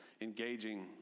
engaging